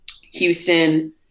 Houston